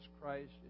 Christ